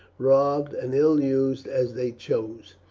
robbed, and ill used as they choose.